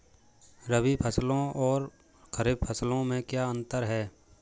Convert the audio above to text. रबी फसलों और खरीफ फसलों में क्या अंतर है?